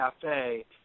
Cafe